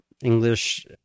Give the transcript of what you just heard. English